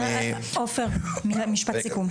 עופר, משפט סיכום.